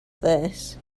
this